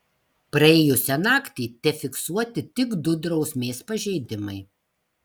praėjusią naktį tefiksuoti tik du drausmės pažeidimai